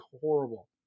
horrible